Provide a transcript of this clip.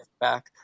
back